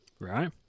Right